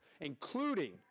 including